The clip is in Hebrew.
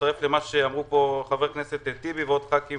מצטרף למה שאמרו פה חבר הכנסת טיבי וחברי כנסת